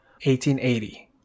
1880